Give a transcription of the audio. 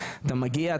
אתה מגיע,